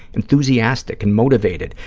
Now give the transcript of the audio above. enthusiastic and motivated,